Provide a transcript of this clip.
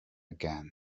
again